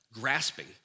grasping